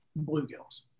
bluegills